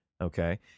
Okay